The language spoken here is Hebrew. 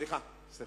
סליחה.